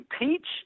impeach